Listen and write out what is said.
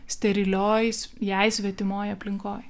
sterilioj jai svetimoj aplinkoj